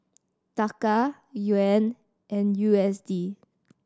Taka Yuan and U S D